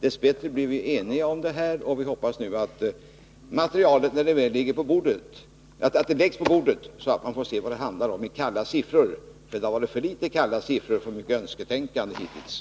Dess bättre blev vi eniga i det beslutet, och jag hoppas att materialet sedan läggs på bordet så att vi får se vad det handlar om i kalla siffror. Det har varit för litet av faktiska uppgifter och för mycket önsketänkande hittills.